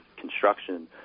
construction